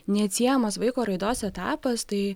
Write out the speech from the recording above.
neatsiejamas vaiko raidos etapas tai